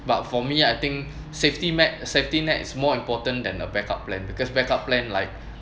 but for me I think safety net safety net is more important than a backup plan because backup plan like